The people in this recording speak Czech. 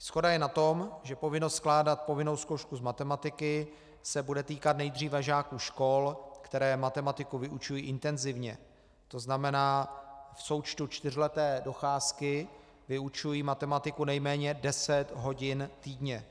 Shoda je na tom, že povinnost skládat povinnou zkoušku z matematiky se bude týkat nejdříve žáků škol, které matematiku vyučují intenzivně, tzn. v součtu čtyřleté docházky vyučují matematiku nejméně deset hodin týdně.